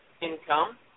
income